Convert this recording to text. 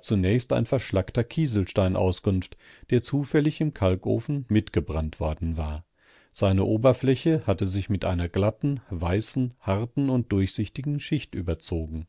zunächst ein verschlackter kieselstein auskunft der zufällig im kalkofen mitgebrannt worden war seine oberfläche hatte sich mit einer glatten weißen harten und durchsichtigen schicht überzogen